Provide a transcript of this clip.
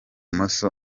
maze